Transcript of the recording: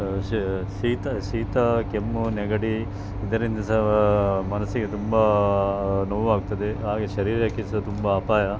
ಶೀ ಶೀತ ಕೆಮ್ಮು ನೆಗಡಿ ಇದರಿಂದ ಸ ಮನಸ್ಸಿಗೆ ತುಂಬ ನೋವಾಗ್ತದೆ ಹಾಗೇ ಶರೀರಕ್ಕೆ ಸಹ ತುಂಬ ಅಪಾಯ